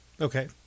Okay